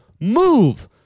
move